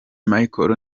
michael